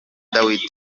dawidi